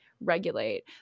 regulate